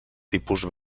tipus